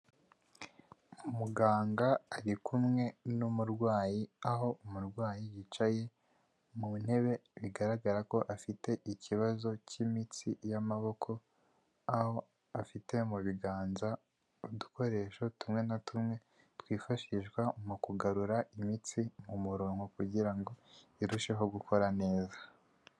Muganga arikumwe n'umurwayi, aho umurwayi yicaye mu ntebe bigaragara ko afite ikibazo k'imitsi y'amaboko, aho afite mu biganza udukoresho tumwe na tumwe twifashishwa mu kugarura imitsi mu murongo kugira ngo irusheho gukora neza.